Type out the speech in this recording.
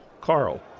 Carl